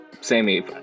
Sammy